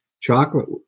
chocolate